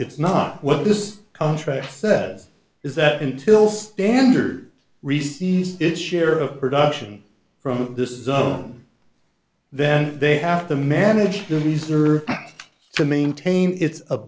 it's not what this contract said is that until standard receives its share of production from this is on then they have to manage the reserve to maintain its